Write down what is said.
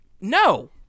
No